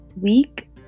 week